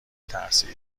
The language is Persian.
تاثیر